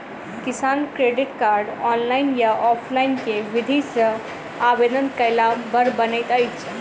किसान credit card, online या offline केँ विधि सँ आवेदन कैला पर बनैत अछि?